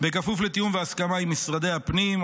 בכפוף לתיאום והסכמה עם משרדי הפנים,